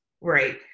right